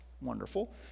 wonderful